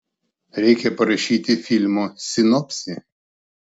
reikia parašyti filmo sinopsį